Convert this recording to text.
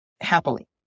happily